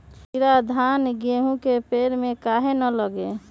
कीरा धान, गेहूं के पेड़ में काहे न लगे?